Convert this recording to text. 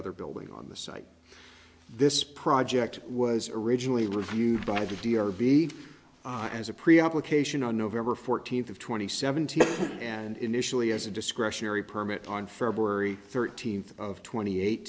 other building on the site this project was originally reviewed by the d or b as a pre application on november fourteenth of twenty seventeen and initially as a discretionary permit on february thirteenth of twenty eight